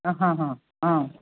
अ हाह ह